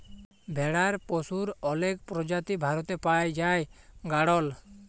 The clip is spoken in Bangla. ভেড়ার পশুর অলেক প্রজাতি ভারতে পাই জাই গাড়ল